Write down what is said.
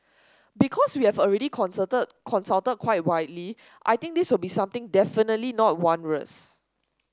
because we have already consulted quite widely I think this will be something definitely not onerous